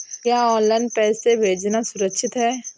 क्या ऑनलाइन पैसे भेजना सुरक्षित है?